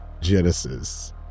Genesis